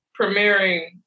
premiering